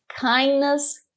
kindness